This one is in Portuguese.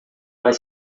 vai